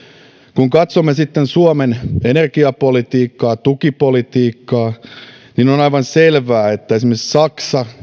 kun katsomme sitten suomen energiapolitiikkaa ja tukipolitiikkaa niin on aivan selvää että esimerkiksi saksa